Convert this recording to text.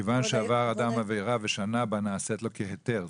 כי כיוון שעבר אדם עבירה ושנה בה נעשית לו כהיתר.